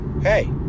hey